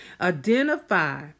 Identify